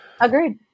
Agreed